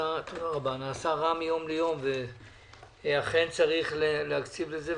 ונעשה רע מיום ליום, ואכן צריך להקציב לזה.